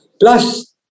plus